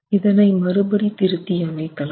இதனை மறுபடி திருத்தி அமைக்கலாம்